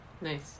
Nice